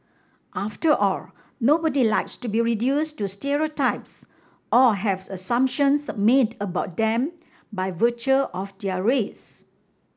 after all nobody likes to be reduce to stereotypes or have assumptions made about them by virtue of their race